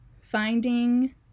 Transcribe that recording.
finding